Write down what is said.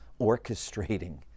orchestrating